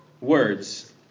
words